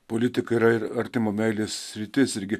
politika yra ir artimo meilės sritis irgi